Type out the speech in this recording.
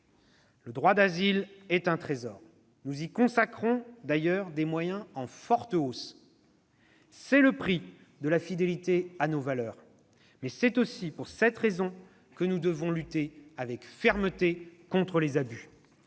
Le droit d'asile est un trésor. Nous y consacrons des moyens en forte hausse. C'est le prix de la fidélité à nos valeurs, mais c'est aussi pour cette raison que nous devons lutter avec fermeté contre des abus.